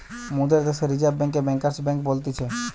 মোদের দ্যাশে রিজার্ভ বেঙ্ককে ব্যাঙ্কার্স বেঙ্ক বলতিছে